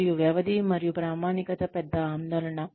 మరియు వ్యవధి మరియు ప్రామాణికత పెద్ద ఆందోళన